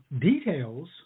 details